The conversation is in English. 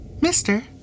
Mister